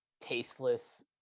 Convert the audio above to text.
tasteless